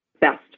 best